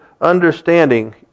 understanding